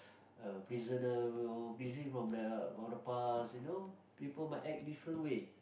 a prisoner or is he from the from the past you know people might act different way